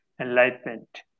enlightenment